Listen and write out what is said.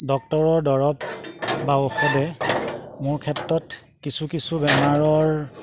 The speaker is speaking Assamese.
ডক্টৰৰ দৰৱ বা ঔষধে মোৰ ক্ষেত্ৰত কিছু কিছু বেমাৰৰ